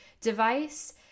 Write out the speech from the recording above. device